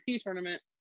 tournament